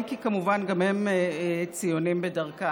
אם כי כמובן גם הם ציונים בדרכם.